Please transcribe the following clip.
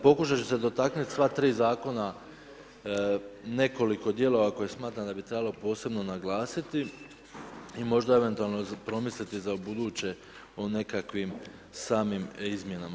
Pokušati ću se dotaknuti sva tri zakona, nekoliko dijelova koje smatram da bi trebalo posebno naglasiti možda eventualno promisliti za ubuduće o nekakvim samim izmjenama.